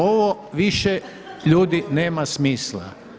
Ovo više ljudi nema smisla.